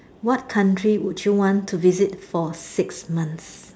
what country would you want to visit for six months